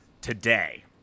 today